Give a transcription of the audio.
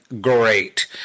great